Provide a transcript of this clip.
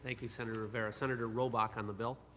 like you, senator rivera, senator robach on the bill.